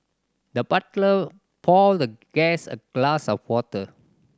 the butler poured the guest a glass of water